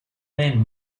man